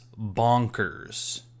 bonkers